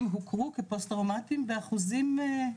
הוכרו כפוסט טראומטיים באחוזים ניכרים.